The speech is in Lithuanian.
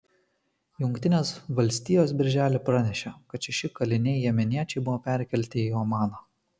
jungtinės valstijos birželį pranešė kad šeši kaliniai jemeniečiai buvo perkelti į omaną